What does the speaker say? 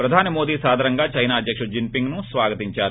ప్రదాని మోదీ సాధరంగా చైనా అధ్యకుడు జిన్పింగ్ను స్వాగతించారు